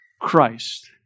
Christ